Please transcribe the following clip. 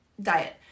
diet